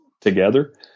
together